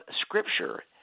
Scripture—